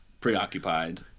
preoccupied